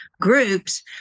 groups